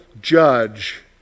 judge